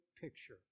picture